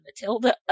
Matilda